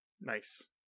Nice